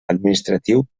administratiu